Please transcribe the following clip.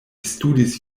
studis